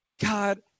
God